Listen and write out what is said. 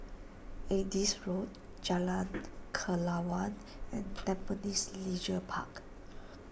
Adis Road Jalan Kelawar and Tampines Leisure Park